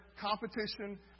competition